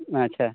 ᱟᱪᱪᱷᱟ